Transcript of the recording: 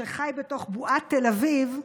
שחי בתוך בועת תל אביב,